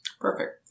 Perfect